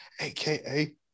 aka